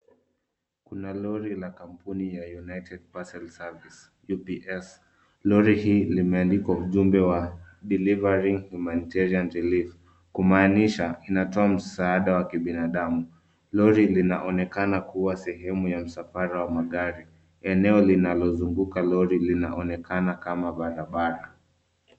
Kuna lori la kampuni ya United Parcel Service, UPS . Lori hii limeandikwa ujumbe wa Delivering Humanitarian Relief , kumaanisha inatoa msaada wa kibinadamu. Lori linaonekana kuwa sehemu ya msafara wa magari. Eneo linalozunguka lori linaonekana kama barabara.